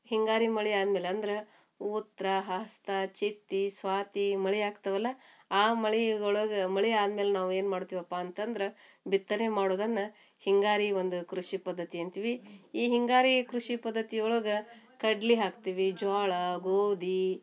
ಹಿಂಗಾರಿ ಮಳೆ ಆದ ಮೇಲೆ ಅಂದ್ರೆ ಉತ್ತರಾ ಹಸ್ತ ಚಿತ್ತಾ ಸ್ವಾತಿ ಮಳೆ ಆಗ್ತಾವಲ್ಲ ಆ ಮಳೆ ಒಳಗೆ ಮಳೆ ಆದ ಮೇಲೆ ನಾವು ಏನು ಮಾಡ್ತೀವಪ್ಪ ಅಂತಂದ್ರೆ ಬಿತ್ತನೆ ಮಾಡುವುದನ್ನ ಹಿಂಗಾರಿ ಒಂದು ಕೃಷಿ ಪದ್ಧತಿ ಅಂತೀವಿ ಈ ಹಿಂಗಾರಿ ಕೃಷಿ ಪದ್ಧತಿ ಒಳಗೆ ಕಡ್ಲೆ ಹಾಕ್ತೀವಿ ಜೋಳ ಗೋಧಿ